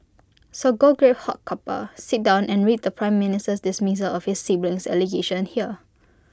so go grab hot cuppa sit down and read the prime Minister's dismissal of his siblings allegations here